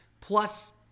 Plus